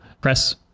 press